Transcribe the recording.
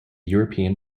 european